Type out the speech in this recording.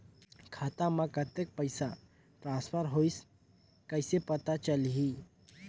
खाता म कतेक पइसा ट्रांसफर होईस कइसे पता चलही?